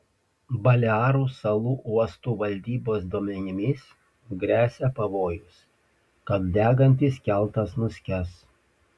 balearų salų uostų valdybos duomenimis gresia pavojus kad degantis keltas nuskęs